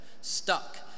stuck